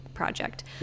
project